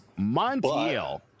Montiel